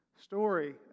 Story